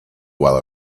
while